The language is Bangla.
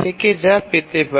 থেকে যা পেতে পারি